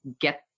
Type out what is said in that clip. get